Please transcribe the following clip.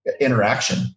interaction